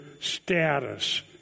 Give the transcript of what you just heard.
status